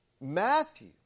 Matthew